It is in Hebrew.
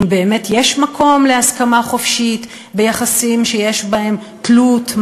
אם באמת יש מקום להסכמה חופשית ביחסים שיש בהם תלות,